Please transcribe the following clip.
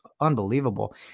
unbelievable